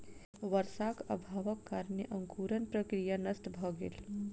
वर्षाक अभावक कारणेँ अंकुरण प्रक्रिया नष्ट भ गेल